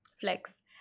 flex